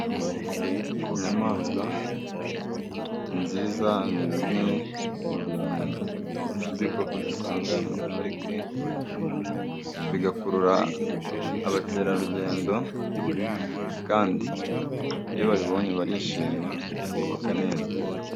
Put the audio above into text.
Inyamaswa nziza ni bimwe mu bintu by'ibikoko dusanga muri parike bigakurura abakerarugendo kandi iyo babibonye barishima bakanezerwa.